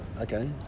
Okay